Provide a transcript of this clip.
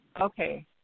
Okay